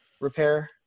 repair